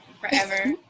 forever